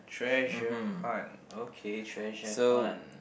treasure hunt okay treasure hunt